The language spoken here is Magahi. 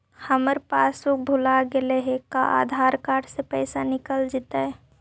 हमर पासबुक भुला गेले हे का आधार कार्ड से पैसा निकल जितै?